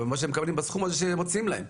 מה שהם מקבלים בסכום הזה שמציעים להם.